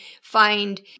find